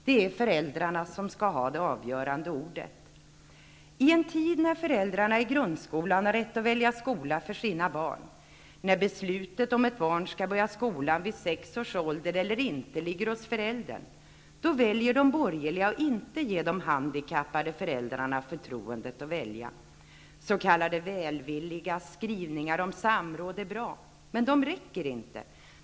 Det är föräldrarna som skall ha det avgörande ordet. I en tid när föräldrarna i grundskolan har rätt att välja skola för sina barn, när beslutet om ett barn skall börja skolan vid sex års ålder eller ej ligger hos föräldern, väljer de borgerliga att inte ge de handikappade föräldrarna förtroendet att välja. S.k. välvilliga skrivningar om samråd är bra. Men de räcker inte.